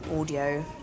audio